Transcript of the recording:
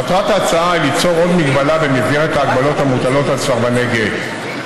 מטרת ההצעה היא ליצור עוד מגבלה במסגרת ההגבלות המוטלות על סרבני גט.